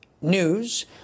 News